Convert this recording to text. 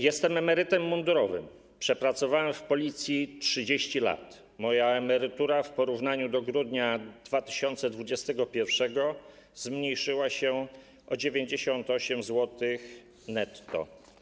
Jestem emerytem mundurowym, przepracowałem w Policji 30 lat, moja emerytura w porównaniu z grudniem 2021 r. zmniejszyła się o 98 zł netto.